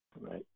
right